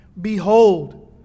Behold